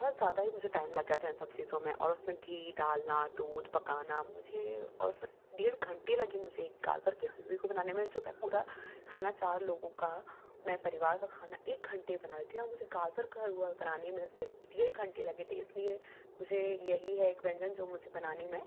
बहुत ज़्यादा ही मुझे टाइम लग गया था इन सब चीज़ों में और उसमें घी डालना दूध पकाना मुझे और उसमें डेढ़ घंटे लगे मुझे एक गाजर के हलवे को बनाने में जो मैं पूरा खाना चार लोगों का मैं परिवार का खाना एक घंटे में बना देती हूँ यहाँ मुझे गाजजर का हलवा बनाने में सिर्फ़ डेढ़ घंटे लगे थे इस लिए मुझे यही है एक व्यंजन जो मुझे बनाने में